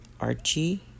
Archie